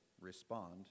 respond